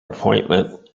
appointment